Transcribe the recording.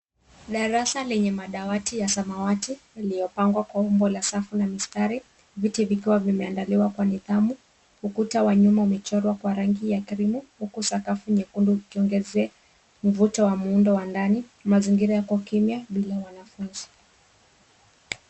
Darasa lenye madawati ya samawati yaliyopangwa kwa umbo la safu na mistari viti vikiwa vimeandaliwa kwa nidhamu ukuta wa nyuma umechorwa kwa rangi ya krimu huku sakafu nyekundu ukuongezee mvuto wa muundo wa ndani mazingira yako kimya bila wanafunzi.